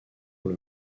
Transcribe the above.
pour